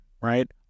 right